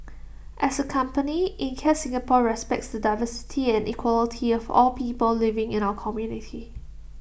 as A company Ikea Singapore respects the diversity and equality of all people living in our community